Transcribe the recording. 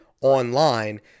online